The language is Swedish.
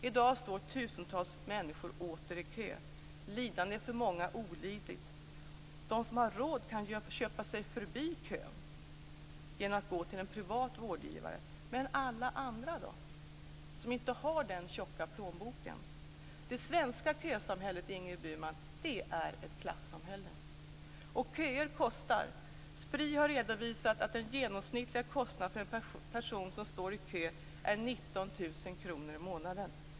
I dag står tusentals människor åter i kö. Lidandet är för många outhärdligt. De som har råd kan köpa sig förbi kön genom att gå till en privat vårdgivare. Men hur gör alla andra, som inte har den tjocka plånboken? Det svenska kösamhället är ett klassamhälle, Ingrid Burman. Och köer kostar. Spri har redovisat att den genomsnittliga kostnaden för en person som står i kö är 19 000 kr i månaden.